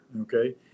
Okay